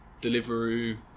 delivery